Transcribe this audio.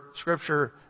scripture